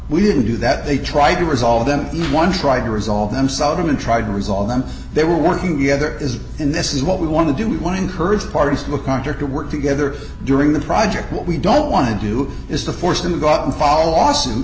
we didn't do that they tried to resolve them no one tried to resolve them saw them and tried to resolve them they were working together as in this is what we want to do we want to encourage the parties to a contract to work together during the project what we don't want to do is to force them to go out and follow lawsuit